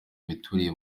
imiturire